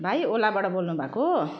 भाइ ओलाबाट बोल्नु भएको